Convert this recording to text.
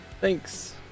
Thanks